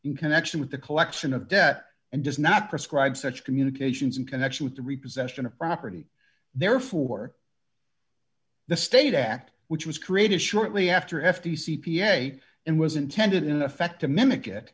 in connection with the collection of debt and does not prescribe such communications in connection with the repossession a property they're for the state act which was created shortly after if the c p a and was intended in effect to mimic it